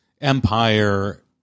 Empire